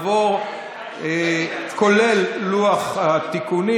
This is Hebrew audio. כולל לוח התיקונים.